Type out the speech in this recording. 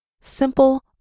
simple